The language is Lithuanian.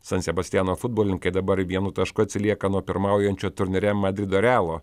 san sebastiano futbolininkai dabar vienu tašku atsilieka nuo pirmaujančio turnyre madrido realo